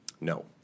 No